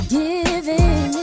giving